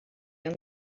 and